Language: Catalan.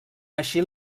així